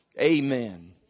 Amen